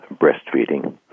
breastfeeding